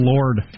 Lord